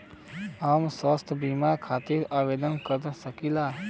हम स्वास्थ्य बीमा खातिर आवेदन कर सकीला?